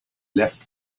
left